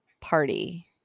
party